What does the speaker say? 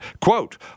Quote